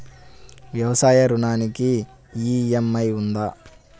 వ్యవసాయ ఋణానికి ఈ.ఎం.ఐ ఉందా?